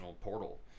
portal